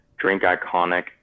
Drinkiconic